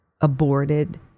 aborted